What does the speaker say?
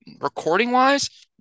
Recording-wise